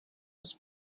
was